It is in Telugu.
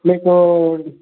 మీకు